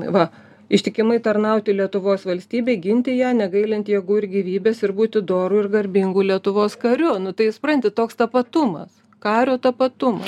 va ištikimai tarnauti lietuvos valstybei ginti ją negailint jėgų ir gyvybės ir būti doru ir garbingu lietuvos kariu nu tai supranti toks tapatumas kario tapatumas